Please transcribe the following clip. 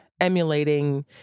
emulating